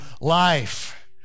life